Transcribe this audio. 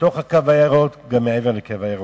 בתוך "הקו הירוק" גם מעבר ל"קו הירוק",